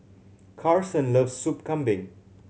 Karson loves Soup Kambing